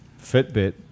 Fitbit